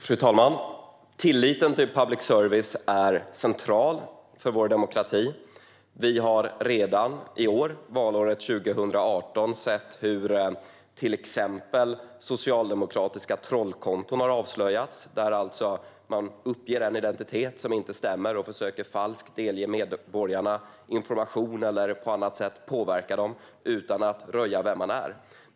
Fru talman! Tilliten till public service är central för vår demokrati. Vi har redan i år, valåret 2018, sett hur till exempel socialdemokratiska trollkonton har avslöjats. Man uppger alltså en identitet som inte stämmer och försöker delge medborgarna falsk information eller på annat sätt påverka dem utan att röja vem man är.